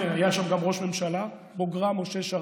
והיה שם גם ראש ממשלה, בוגרה משה שרת,